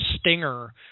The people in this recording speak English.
stinger